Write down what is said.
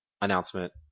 announcement